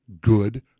good